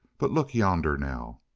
but look yonder, now!